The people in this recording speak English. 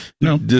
No